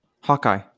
Hawkeye